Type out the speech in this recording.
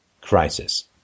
crisis